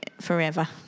forever